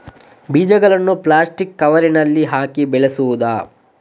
ಬೀಜವನ್ನು ಪ್ಲಾಸ್ಟಿಕ್ ಕವರಿನಲ್ಲಿ ಹಾಕಿ ಬೆಳೆಸುವುದಾ?